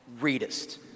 readest